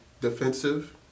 defensive